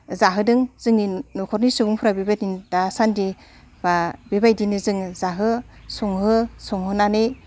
जाहोदों जोंनि न'खरनि सुबुंफ्रा बेफोरबायदिनो दासान्दि बा बेबायदिनो जोङो जाहो संहो संहोनानै